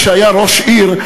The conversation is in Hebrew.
כשהיה ראש עיר,